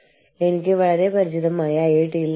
അതിനാൽ നമുക്ക് World Trade Organization ഉണ്ട്